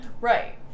right